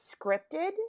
scripted